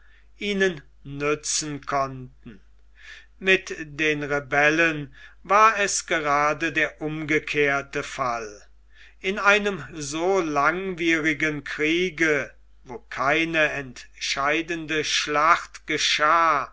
ihnen nützen konnten mit den rebellen war es gerade der umgekehrte fall in einem so langwierigen kriege wo keine entscheidende schlacht geschah